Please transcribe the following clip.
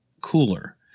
cooler